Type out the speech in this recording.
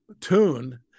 tune